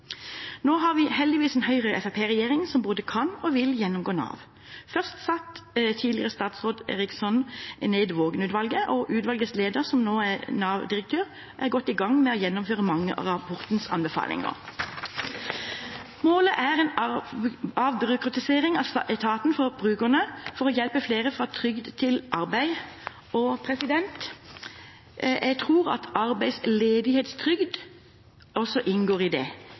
Nå har vi heldigvis en Høyre–Fremskrittsparti-regjering som både kan og vil gjennomgå Nav. Først satte tidligere statsråd Eriksson ned Vågeng-utvalget, og utvalgets leder, som nå er Nav-direktør, er godt i gang med å gjennomføre mange av rapportens anbefalinger. Målet er en avbyråkratisering av etaten for brukerne for å hjelpe flere fra trygd til arbeid. Jeg tror at arbeidsledighetstrygd også inngår i det,